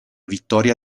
vittoria